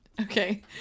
okay